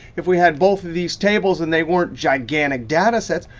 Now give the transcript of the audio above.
if we had both of these tables and they weren't gigantic data sets,